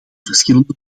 verschillende